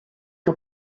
que